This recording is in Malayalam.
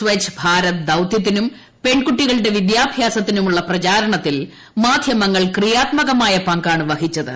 സ്വച്ജ് ഭാരത് ദൌത്യത്തിനും പെൺകുട്ടികളുടെ വിദ്യാഭ്യാസത്തിനുമുള്ള പ്രചാരണത്തിൽ മാധ്യമങ്ങൾ ക്രിയാത്മകമായ പങ്കാണ് വഹിച്ചത്